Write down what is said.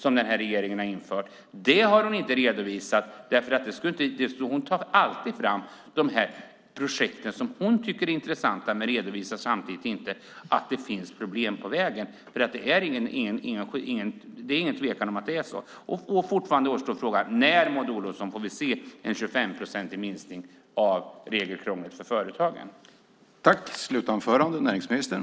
Maud Olofsson tar alltid fram de projekt som hon tycker är intressanta, men redovisar inte att det finns problem på vägen. När får vi se en 25-procentig minskning av regelkrånglet för företagen, Maud Olofsson?